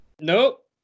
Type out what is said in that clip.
nope